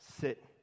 sit